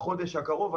הקרוב.